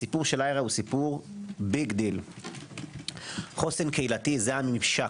הסיפור של IHRA - חוסן קהילתי זה הממשק